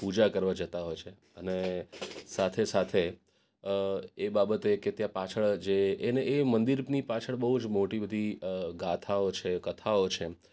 પૂજા કરવા જતાં હોય છે અને સાથે સાથે એ બાબતે કે ત્યાં પાછળ જ એ એને એ મંદિરની પાછળ બહુ જ મોટી બધી ગાથાઓ છે કથાઓ છે એમ